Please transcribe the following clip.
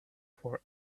for